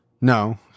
No